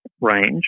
range